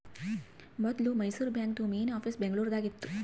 ಮೊದ್ಲು ಮೈಸೂರು ಬಾಂಕ್ದು main office Bengaluru ದಾಗ ಇತ್ತು